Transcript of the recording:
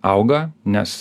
auga nes